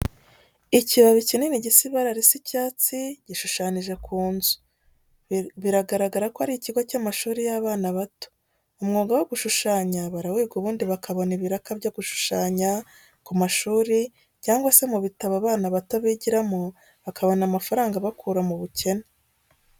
Ikibabi kinini gisa ibara risa icyatsi, gishushanyije ku nzu, biragaragara ko ari ikigo cy'amashuri y'abana bato. Umwuga wo gushushanya barawiga ubundi bakabona ibiraka byo gushushanya ku mashuri cyangwa se mu bitabo abana bato bigiramo bakabona amafaranga abakura mu bukene.